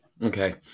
Okay